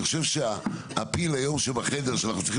אני חושב שהיום הפיל שבחדר שאנחנו צריכים